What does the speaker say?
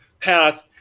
path